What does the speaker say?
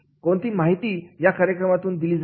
कोणती माहिती या कार्यक्रमातून दिली जाईल